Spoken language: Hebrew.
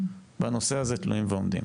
בנושא הזה תלויים ועומדים.